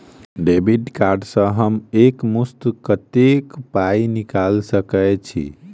Debit card सँ हम एक मुस्त कत्तेक पाई निकाल सकय छी?